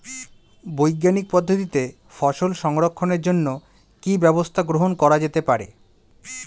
বৈজ্ঞানিক পদ্ধতিতে ফসল সংরক্ষণের জন্য কি ব্যবস্থা গ্রহণ করা যেতে পারে?